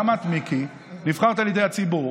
גם את, מיקי, נבחרת על ידי הציבור.